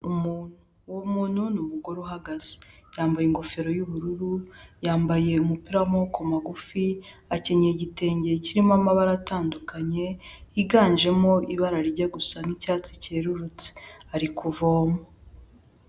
Umuntu, uwo muntu ni umugore uhagaze, yambaye ingofero y'ubururu, yambaye umupira w'amaboko magufi, akenyeye igitenge kirimo amabara atandukanye, yiganjemo ibara rirya gusa n'icyatsi cyerurutse ari kuvoma.